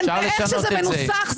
איך שזה מנוסח,